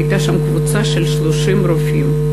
הייתה שם קבוצה של 30 רופאים.